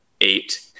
eight